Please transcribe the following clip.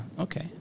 okay